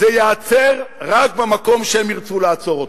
וזה ייעצר רק במקום שהם ירצו לעצור,